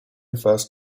first